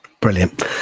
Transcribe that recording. Brilliant